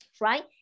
right